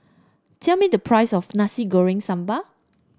tell me the price of Nasi Goreng Sambal